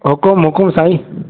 हुकुम हुकुम साईं